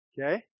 Okay